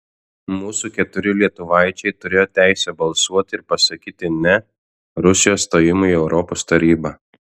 mūsų keturi lietuvaičiai turėjo teisę balsuoti ir pasakyti ne rusijos stojimui į europos tarybą